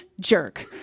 jerk